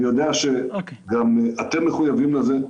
אני יודע שגם אתם מחויבים לזה.